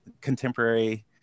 contemporary